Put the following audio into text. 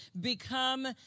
become